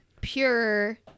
pure